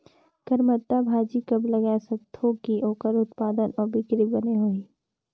करमत्ता भाजी कब लगाय सकत हो कि ओकर उत्पादन अउ बिक्री बने होही?